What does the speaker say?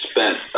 spent